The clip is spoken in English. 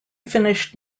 finished